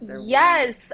Yes